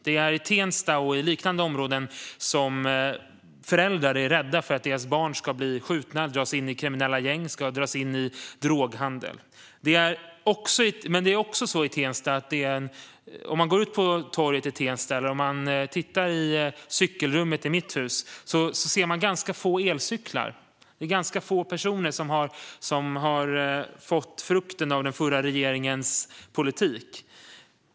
Det är i Tensta och i liknande områden som föräldrar är rädda för att deras barn ska bli skjutna och dras in i kriminella gäng och droghandel. Det är också så att man ser ganska få elcyklar på torget i Tensta eller i cykelrummet i mitt hus. Det är ganska få personer som har fått frukten av den förra regeringens politik.